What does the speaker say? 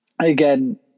again